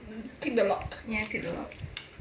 pick the lock